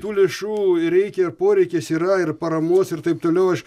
tų lėšų reikia ir poreikis yra ir paramos ir taip toliau aš